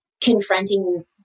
confronting